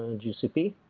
and gcp.